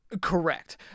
Correct